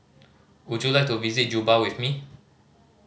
would you like to visit Juba with me